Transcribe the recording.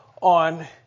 on